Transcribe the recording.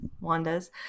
Wanda's